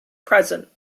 present